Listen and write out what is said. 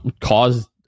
caused